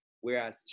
whereas